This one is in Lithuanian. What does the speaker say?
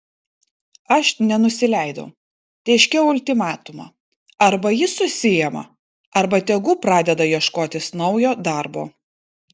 aš nenusileidau tėškiau ultimatumą arba jis susiima arba tegu pradeda ieškotis naujo darbo